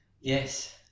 Yes